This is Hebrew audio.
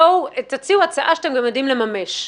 תציעו הצעה שאתם גם יודעים לממש.